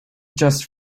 just